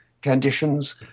conditions